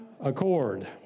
accord